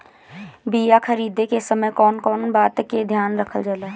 बीया खरीदे के समय कौन कौन बात के ध्यान रखल जाला?